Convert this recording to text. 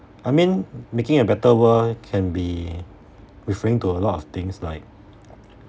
I mean making a better world can be referring to a lot of things like